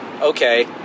Okay